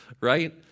Right